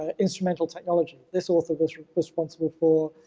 ah instrumental technology. this author was responsible for,